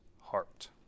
heart